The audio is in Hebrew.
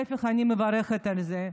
להפך, אני מברכת על זה.